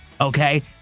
okay